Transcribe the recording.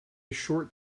short